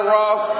Ross